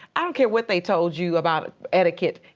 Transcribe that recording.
i don't care what they told you about etiquette.